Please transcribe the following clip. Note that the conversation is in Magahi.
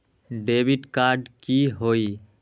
डेबिट कार्ड की होई?